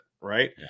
right